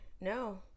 No